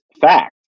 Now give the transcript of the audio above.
fact